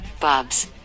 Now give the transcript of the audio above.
bubs